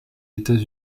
états